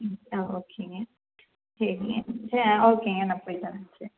ம் ஆ ஓகேங்க சரிங்க சரி ஆ ஓகேங்க நான் போய்விட்டு வரேங்க சரி